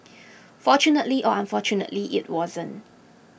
fortunately or unfortunately it wasn't